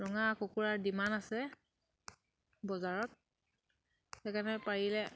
ৰঙা কুকুৰাৰ ডিমাণ্ড আছে বজাৰত সেইকাৰণে পাৰিলে